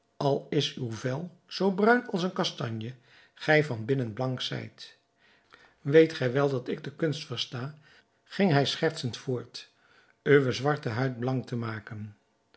al is uw vel zoo bruin als een kastanje gij van binnen blank zijt weet gij wel dat ik de kunst versta ging hij schertsende voort uwe zwarte huid blank te maken